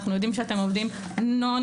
אנחנו יודעים שאתם עובדים נון-סטופ.